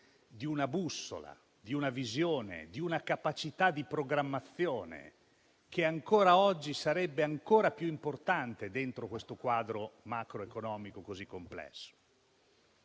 di una bussola, di una visione, di una capacità di programmazione che oggi sarebbe ancora più importante, a fronte di un quadro macroeconomico così complesso.